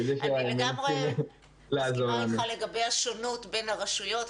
אני לגמרי מסכימה איתך לגבי השונות בין הרשויות.